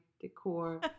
Decor